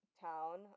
town